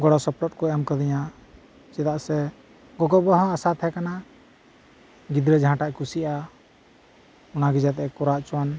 ᱜᱚᱲᱚ ᱥᱚᱯᱚᱦᱚᱫ ᱠᱩ ᱮᱢ ᱟᱠᱟᱫᱤᱧᱟᱹ ᱜᱚᱜᱚ ᱵᱟᱵᱟᱦᱚᱸ ᱟᱥᱟ ᱛᱟᱦᱮᱸ ᱠᱟᱱᱟ ᱜᱤᱫᱽᱨᱟᱹ ᱡᱟᱦᱟᱸᱴᱟᱜ ᱮ ᱠᱩᱥᱤᱜᱼᱟ ᱚᱱᱟᱜᱤ ᱡᱟᱛᱮᱭ ᱠᱚᱨᱟᱣ ᱩᱪᱩᱣᱟᱱ